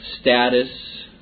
status